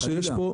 חס וחלילה.